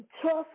trust